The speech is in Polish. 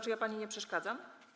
Czy ja pani nie przeszkadzam?